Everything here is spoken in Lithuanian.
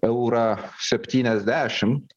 eurą septyniasdešim